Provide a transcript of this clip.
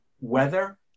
weather